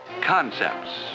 concepts